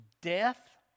death